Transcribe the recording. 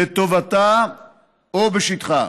לטובתה או בשטחה.